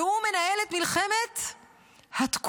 והוא מנהל את מלחמת התקומה.